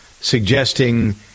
suggesting